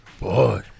Boy